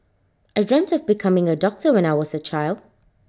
I dreamt of becoming A doctor when I was A child